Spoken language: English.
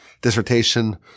dissertation